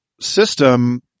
system